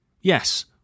Yes